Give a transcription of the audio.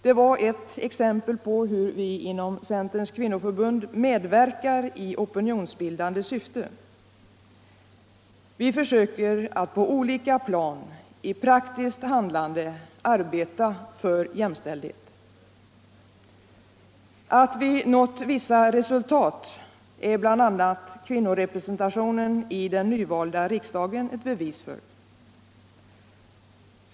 Detta var ett exempel på hur vi inom centerns kvinnoförbund medverkar i opinionsbildande syfte. Vi försöker att på olika plan i praktiskt handlande arbeta för jämställdhet. Att vi nått vissa resultat är bl.a. kvinnorepresentationen i den nyvalda riksdagen bevis för.